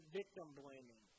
victim-blaming